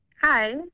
Hi